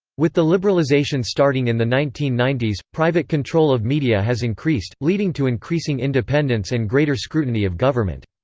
with the liberalisation starting in the nineteen ninety s, private control of media has increased, leading to increasing independence and greater scrutiny of government.